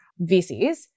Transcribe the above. VCs